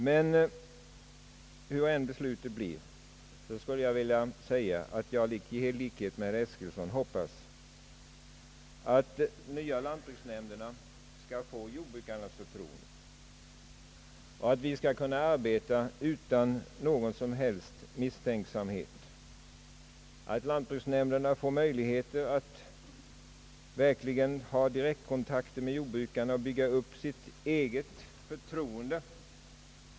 Men vilket än beslutet blir hoppas jag i likhet med herr Eskilsson att de nya lantbruksnämnderna skall få jordbrukarnas förtroende. Lantbruksnämnderna bör få möjligheter att ha verkliga direktkontakter med jordbrukarna och att bygga upp förtroende för sig.